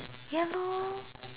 ya lor